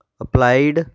applied